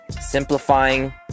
Simplifying